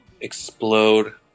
explode